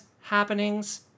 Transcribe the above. happenings